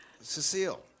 Cecile